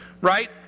right